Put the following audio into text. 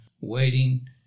waiting